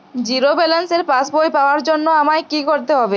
Zero ব্যালেন্সের পাসবই পাওয়ার জন্য আমায় কী করতে হবে?